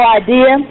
idea